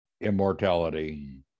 immortality